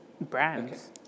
brands